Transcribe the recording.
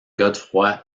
godefroy